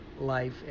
life